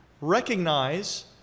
recognize